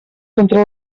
contra